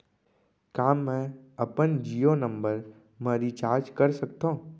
का मैं अपन जीयो नंबर म रिचार्ज कर सकथव?